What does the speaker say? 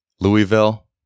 louisville